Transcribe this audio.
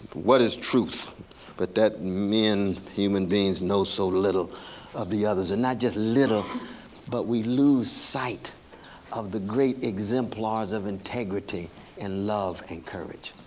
what is truth but that men, human beings, know so little of the others. and not just little but we lose sight of the great exemplars of integrity and love and courage.